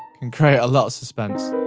can create a lot of suspense.